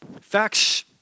Facts